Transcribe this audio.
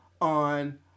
on